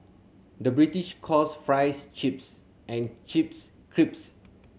the British calls fries chips and chips crisps